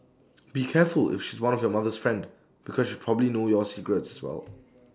be careful if she's one of your mother's friend because she probably knows your secrets as well